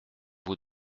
vous